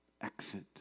exit